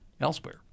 elsewhere